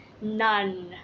none